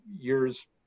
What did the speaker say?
years